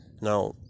Now